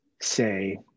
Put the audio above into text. say